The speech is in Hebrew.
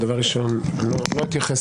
אני לא אתייחס